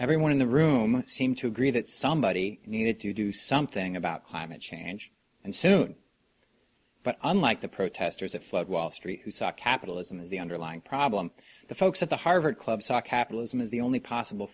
everyone in the room seemed to agree that somebody needed to do something about climate change and soon but unlike the protesters that flood wall street capitalism is the underlying problem the folks at the harvard club saw capitalism is the only possible